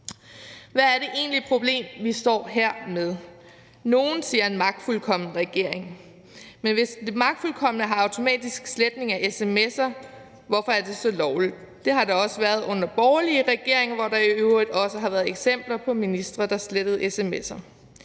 Hvad er det egentlige problem, vi står her med? Nogle siger en magtfuldkommen regering. Men hvis de magtfuldkomne bruger automatisk sletning af sms'er, hvorfor er det så lovligt? Det har det også været under borgerlige regeringer, hvor der i øvrigt også har været eksempler på ministre, der slettede sms'er.